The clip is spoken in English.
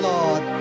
Lord